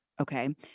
Okay